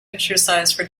exercise